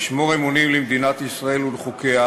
מתחייב כחבר הממשלה לשמור אמונים למדינת ישראל ולחוקיה,